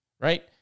Right